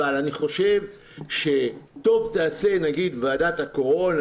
אבל אני חושב שטוב תעשה נגיד ועדת הקורונה,